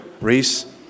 Reese